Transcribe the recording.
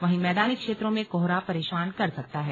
वहीं मैदानी क्षेत्रों में कोहरा परेशान कर सकता है